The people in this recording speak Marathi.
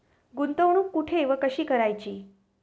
गुंतवणूक कुठे व कशी करायची?